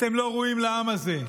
אתם לא ראויים לעם הזה.